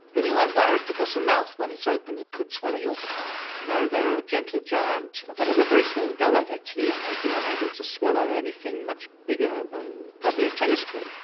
and you weren't worried? because the mouth, when it's open, it could swallow your car. no, they are a gentle giant. they have a very small gullet actually and they'd be unable to swallow anything much bigger than probably a tennis ball.